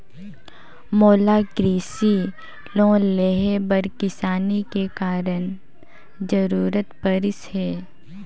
मोला कृसि लोन लेहे बर किसानी के कारण जरूरत परिस हे